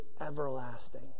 everlasting